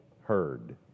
heard